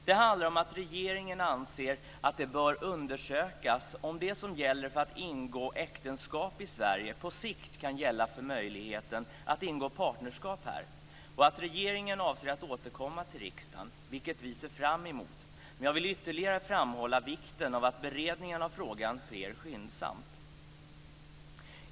Det handlar om att regeringen anser att det bör undersökas om det som gäller för att ingå äktenskap i Sverige på sikt kan gälla också för möjligheten att ingå partnerskap här och att regeringen avser att återkomma till riksdagen, vilket vi ser fram emot. Men jag vill ytterligare framhålla vikten av att beredningen av frågan sker skyndsamt.